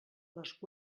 les